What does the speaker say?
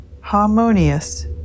harmonious